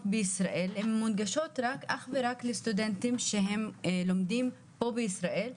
בישראל מונגשות אך ורק לסטודנטים שלומדים פה בישראל,